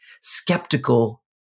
skeptical